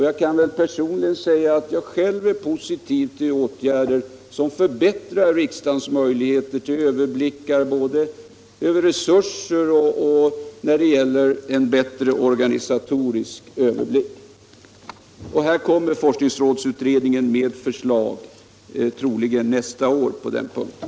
Jag är själv positiv till åtgärder som förbättrar riksdagens möjlighet till överblickar i fråga om både resurser och organisation. Forskningsrådsutredningen kommer också med ett förslag på den punkten, troligen nästa år.